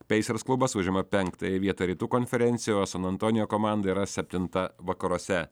pacers klubas užima penktąją vietą rytų konferencijoj o san antonijo komanda yra septinta vakaruose